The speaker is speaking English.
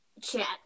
chat